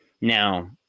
Now